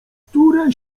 które